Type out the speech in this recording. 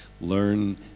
Learn